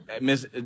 Miss